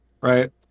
Right